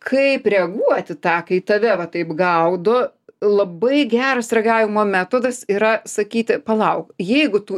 kaip reaguot į tą kai tave va taip gaudo labai geras reagavimo metodas yra sakyti palauk jeigu tu